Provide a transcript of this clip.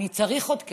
אני צריך עוד כסף.